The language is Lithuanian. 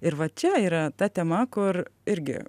ir va čia yra ta tema kur irgi